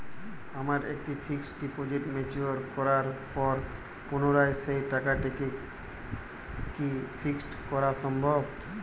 আমার একটি fixed deposit mature করার পর পুনরায় সেই টাকাটিকে কি ফিক্সড করা সম্ভব?